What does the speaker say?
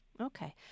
Okay